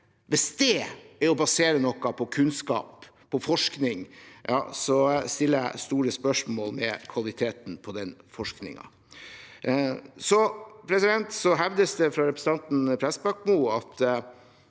Hvis det er å basere noe på kunnskap, på forskning, stiller jeg store spørsmål ved kvaliteten på den forskningen. Så hevdes det fra representanten Prestbakmo at